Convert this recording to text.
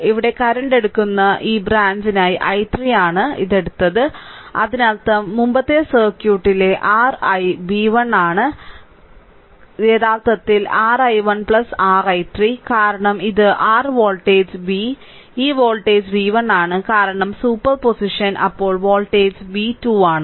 ഇവിടെ കറന്റ് എടുക്കുന്നു ഈ ബ്രാഞ്ചിനായി i3 ആണ് ഇത് എടുത്തത് അതിനർത്ഥം മുമ്പത്തെ സർക്യൂട്ടിലെ r i യഥാർത്ഥത്തിൽ r i1 r i3 കാരണം ഇത് r വോൾട്ടേജ് v ഈ വോൾട്ടേജ് v1 ആണ് കാരണം സൂപ്പർപോസിഷൻ അപ്പോൾ വോൾട്ടേജ് v2 ആണ്